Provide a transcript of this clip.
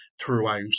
throughout